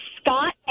Scott